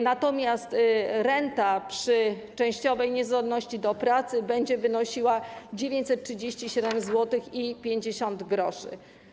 Natomiast renta przy częściowej niezdolności do pracy będzie wynosiła 937,50 zł.